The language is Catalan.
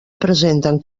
presenten